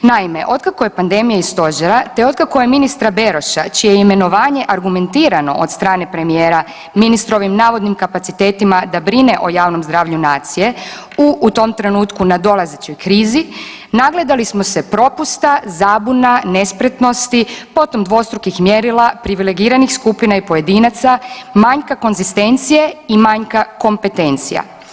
Naime, od kako je pandemije i stožera, te otkako je ministra Beroša čije je imenovanje argumentirano od strane premijera ministrovim navodnim kapacitetima da brine o javnom zdravlju nacije u u tom trenutku nadolazećoj krizi nagledali smo se propusta, zabuna, nespretnosti, potom dvostrukih mjerila, privilegiranih skupina i pojedinaca, manjka konzistencije i manjka kompetencija.